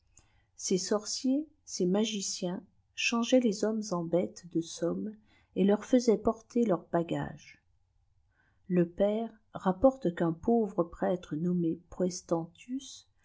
ces sorciers ces mcefe dbatiôéàtent les hommes en bêtes de somme et leur faisaient i wter itair jbà gage lepère rapporte qu'un pauvre prêtre qommé